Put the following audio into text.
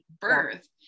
birth